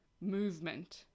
movement